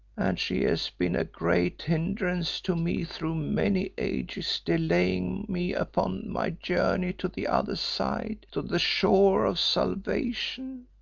and she has been a great hindrance to me through many ages, delaying me upon my journey to the other side, to the shore of salvation.